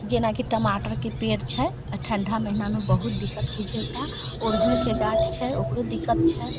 जेना कि टमाटरके पेड़ छै ठंडा महिना मे बहुत दिक्कत होइ छै ओकरा ओरहुलके गाछ छै ओकरो दिक्कत छै